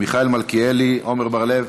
מיכאלי מלכיאלי, עמר בר-לב,